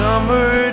Summer